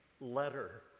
letter